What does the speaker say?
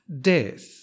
death